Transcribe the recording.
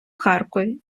харкові